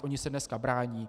Oni se dneska brání.